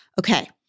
Okay